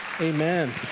amen